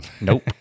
nope